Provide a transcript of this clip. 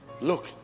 Look